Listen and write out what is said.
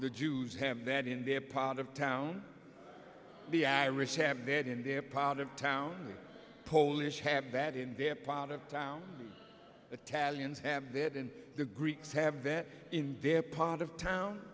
the jews have that in their part of town the irish have that in their part of town polish have bad in their part of town the talents have that and the greeks have that in their part of town